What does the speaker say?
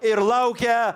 ir laukia